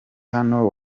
hano